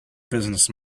business